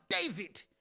David